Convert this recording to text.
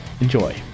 Enjoy